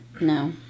no